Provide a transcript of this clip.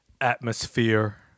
atmosphere